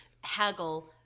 haggle